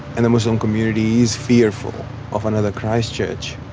and the muslim community is fearful of another christchurch.